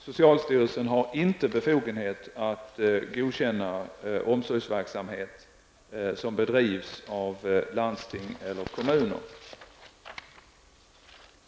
Socialstyrelsen har inte befogenhet att godkänna omsorgsverksamhet som bedrivs av landsting eller kommuner.